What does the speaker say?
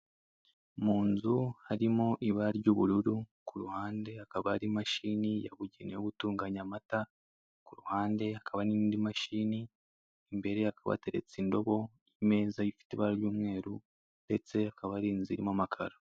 Mu nzu harimo ibara ry'ubururu ku ruhande hakaba hari imashini yabugenewe yo gutunganya amata ku ruhande hakaba n'indi mashini, imbere hakaba hateretse indobo, imeza ifite ibara ry'umweru ndetse akaba ari inzu irimo amakaro.